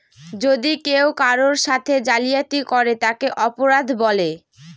যদি কেউ কারোর সাথে জালিয়াতি করে তাকে অপরাধ বলে